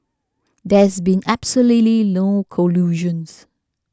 there's been absolutely no collusions